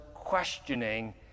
questioning